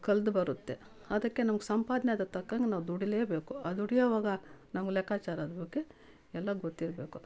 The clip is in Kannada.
ಕಳೆದು ಬರುತ್ತೆ ಅದಕ್ಕೆ ನಮ್ಗೆ ಸಂಪಾದನೆ ಅದಕ್ಕೆ ತಕ್ಕಂತೆ ನಾವು ದುಡಿಲೇಬೇಕು ಆ ದುಡಿಯೋವಾಗ ನಾವು ಲೆಕ್ಕಚಾರದ ಬಗ್ಗೆ ಎಲ್ಲ ಗೊತ್ತಿರಬೇಕು